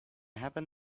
happen